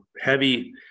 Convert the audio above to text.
heavy